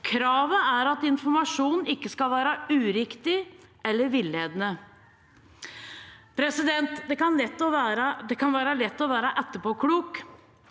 Kravet er at informasjonen ikke skal være uriktig eller villedende. Det kan være lett å være etterpåklok.